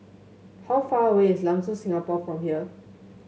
how far away is Lam Soon Singapore from here